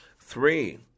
three